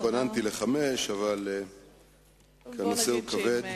התכוננתי לחמש, כי הנושא כבד.